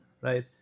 right